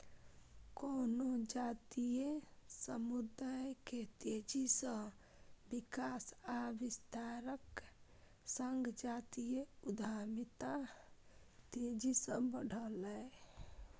कोनो जातीय समुदाय के तेजी सं विकास आ विस्तारक संग जातीय उद्यमिता तेजी सं बढ़लैए